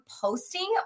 posting